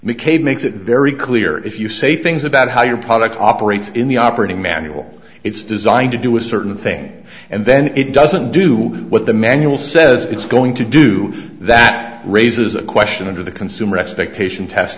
mccabe makes it very clear if you say things about how your product operates in the operating manual it's designed to do a certain thing and then it doesn't do what the manual says it's going to do that raises a question under the consumer expectation test